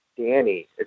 Danny